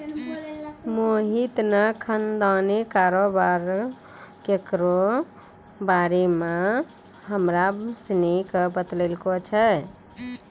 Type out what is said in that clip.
मोहित ने खानदानी कारोबार केरो बारे मे हमरा सनी के बतैलकै